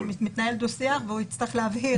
מתנהל דו-שיח והוא יצטרך להבהיר.